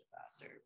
faster